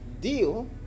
Deal